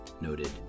noted